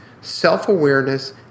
self-awareness